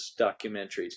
documentaries